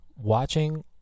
Watching